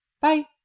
Bye